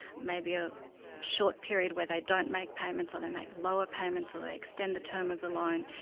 maybe a short period where they don't make payments, or they make lower payments, or they extend the term of the loan.